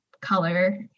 color